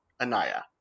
Anaya